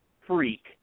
freak